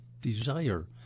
desire